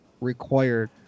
required